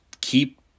keep